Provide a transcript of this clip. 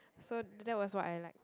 so that was what I like